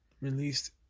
released